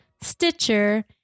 Stitcher